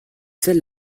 celle